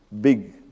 big